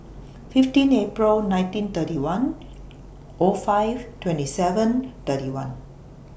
fifteen April nineteen thirty one O five twenty seven thirty one